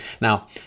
Now